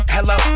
Hello